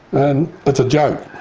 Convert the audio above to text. and it's a joke.